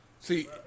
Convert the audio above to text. See